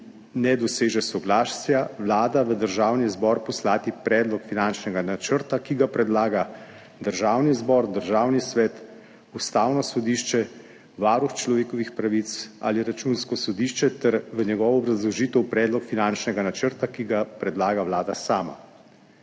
ne doseže soglasja, Vlada v Državni zbor poslati predlog finančnega načrta, ki ga predlaga Državni zbor, Državni svet, Ustavno sodišče, Varuh človekovih pravic ali Računsko sodišče, ter v njegovo obrazložitev predlog finančnega načrta, ki ga predlaga Vlada sama.